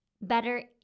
better